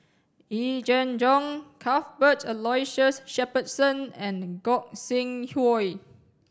Yee Jenn Jong Cuthbert Aloysius Shepherdson and Gog Sing Hooi